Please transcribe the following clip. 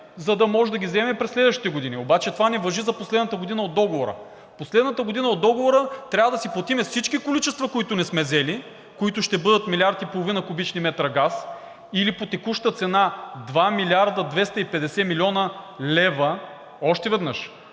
за да можем да ги вземем през следващите години, обаче това не важи за последната година от договора. Последната година от договора трябва да си платим всички количества, които не сме взели, които ще бъдат 1,5 млрд. кубични метра газ, или по текуща цена 2 млрд. 250 млн. лв. Още веднъж